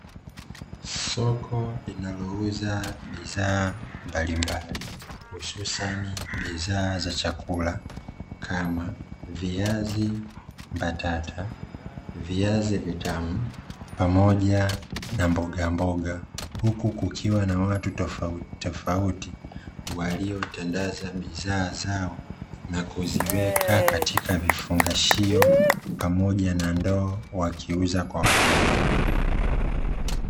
Soko linalouza bidhaa mbalimbali hususani bidhaa za chakula kama viazi mbatata, viazi vitamu, pamoja na mbogamboga, huku kukiwa na watu tofaut tofauti waliotandaza bidhaa zao na kuziweka katika vifungashio pamoja na ndoo, wakiuza kwa wateja.